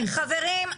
טוב חברים,